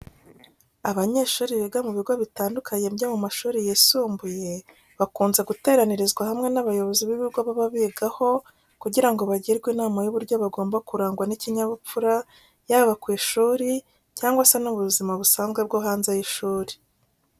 Abanyeshuri biga mu bigo bitandukanye byo mu mashuri yisumbuye, bakunze guteranyirizwa hamwe n'abayobozi b'ibigo baba bigaho kugira ngo bagirwe inama y'uburyo bagomba kurangwa n'ikinyabupfura yaba ku ishuri cyangwa se no mu buzima busanzwe bwo hanze y'ishuri.